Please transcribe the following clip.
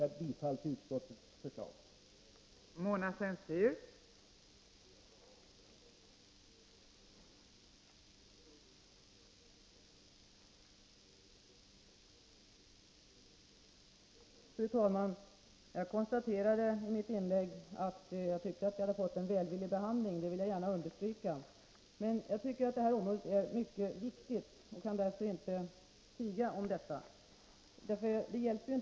Idrottens möjligheter till större självfinansiering Idrottens möjligheter till större självfinansiering